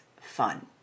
fun